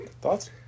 Thoughts